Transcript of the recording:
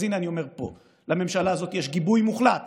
אז הינה, אני אומר פה: לממשלה הזאת יש גיבוי מוחלט